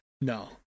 No